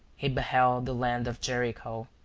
he beheld the land of jericho,